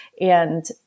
and-